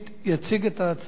יציג את ההצעה